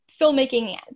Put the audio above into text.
filmmaking